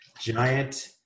giant